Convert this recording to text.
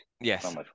yes